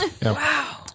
Wow